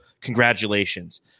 congratulations